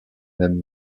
même